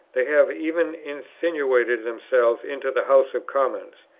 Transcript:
they have even insinuated themselves into the house of commons.